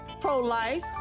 pro-life